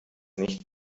nicht